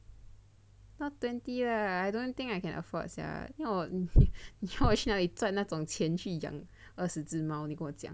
not twenty lah I don't think I can afford sia 你要我去哪里赚那种钱去养二十只猫你跟我讲